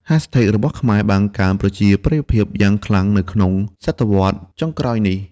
hashtags របស់ខ្មែរបានកើនប្រជាប្រិយភាពយ៉ាងខ្លាំងនៅក្នុងទសវត្សរ៍ចុងក្រោយនេះ។